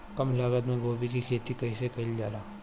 कम लागत मे गोभी की खेती कइसे कइल जाला?